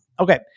Okay